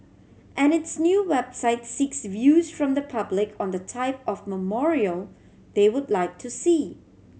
and its new website seeks views from the public on the type of memorial they would like to see